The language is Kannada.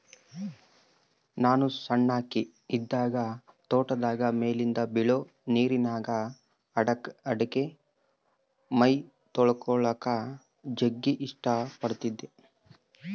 ನಾನು ಸಣ್ಣಕಿ ಇದ್ದಾಗ ತೋಟದಾಗ ಮೇಲಿಂದ ಬೀಳೊ ನೀರಿನ್ಯಾಗ ಆಡಕ, ಮೈತೊಳಕಳಕ ಜಗ್ಗಿ ಇಷ್ಟ ಪಡತ್ತಿದ್ದೆ